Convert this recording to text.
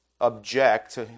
object